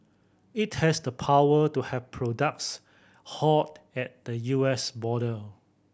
it has the power to have products halted at the U S border